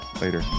Later